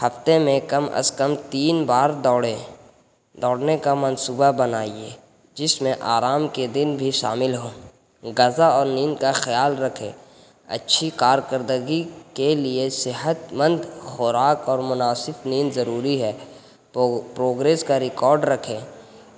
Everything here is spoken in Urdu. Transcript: ہفتے میں کم از کم تین بار دوڑیں دوڑنے کا منصوبہ بنائیے جس میں آرام کے دن بھی شامل ہووں غذا اور نیند کا خیال رکھیں اچھی کارکردگی کے لیے صحت مند خوراک اور مناسب نیند ضروری ہے پو پروگریس کا ریکارڈ رکھیں